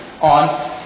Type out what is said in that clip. on